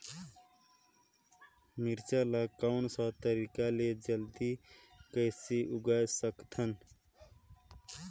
मिरचा ला कोन सा तरीका ले जल्दी कइसे उगाय सकथन?